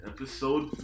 Episode